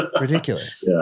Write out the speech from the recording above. ridiculous